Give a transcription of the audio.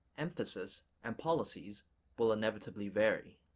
emphasis and policies will inevitably vary.